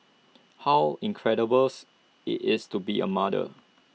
how incredibles IT is to be A mother